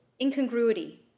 incongruity